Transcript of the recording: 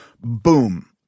Boom